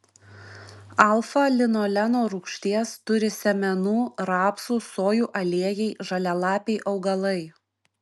alfa linoleno rūgšties turi sėmenų rapsų sojų aliejai žalialapiai augalai